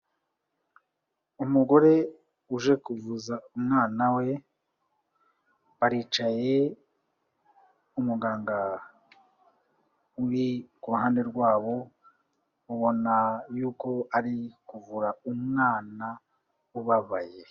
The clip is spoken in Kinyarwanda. Umugore uje kuvuza umwana we, baricaye, umuganga uri ku ruhande rwabo ubona yuko ari kuvura umwana ubabaye.